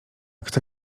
kto